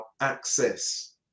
access